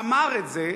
אמר את זה,